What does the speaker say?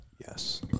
Yes